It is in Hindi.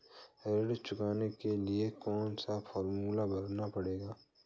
ऋण चुकाने के लिए कौन सा फॉर्म भरना पड़ता है?